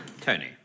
Tony